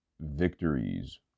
victories